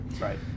Right